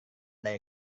dari